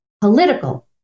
political